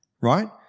right